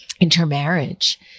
intermarriage